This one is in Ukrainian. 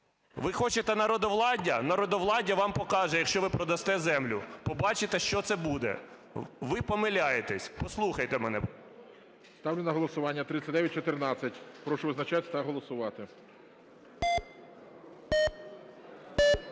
Ви хочете народовладдя? Народовладдя вам покаже, якщо ви продасте землю. Побачите, що це буде. Ви помиляєтеся. Послухайте мене. ГОЛОВУЮЧИЙ. Ставлю на голосування 3914. Прошу визначатися та голосувати. 23:51:19